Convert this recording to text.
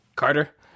Carter